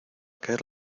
caer